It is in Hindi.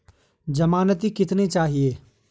ज़मानती कितने चाहिये?